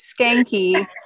skanky